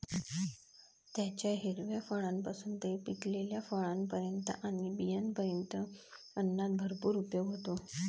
त्याच्या हिरव्या फळांपासून ते पिकलेल्या फळांपर्यंत आणि बियांपर्यंत अन्नात भरपूर उपयोग होतो